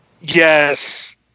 Yes